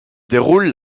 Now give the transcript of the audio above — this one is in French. déroulent